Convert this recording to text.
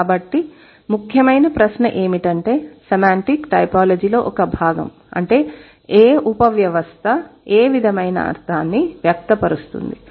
కాబట్టి ముఖ్యమైన ప్రశ్న ఏమిటంటే సెమాంటిక్ టైపోలాజీలో ఒక భాగం అంటే ఏ ఉపవ్యవస్థ ఏ విధమైన అర్థాన్ని వ్యక్తపరుస్తుంది